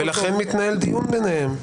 ולכן מתנהל דיון ביניהם.